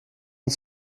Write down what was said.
und